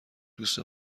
دوست